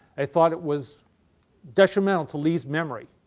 they thought it was detrimental to lee's memory.